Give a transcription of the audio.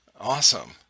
Awesome